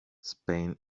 spain